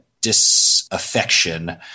disaffection